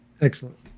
Excellent